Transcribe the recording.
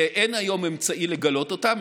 שאין היום אמצעי לגלות אותם,